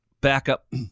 backup